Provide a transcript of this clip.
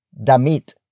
Damit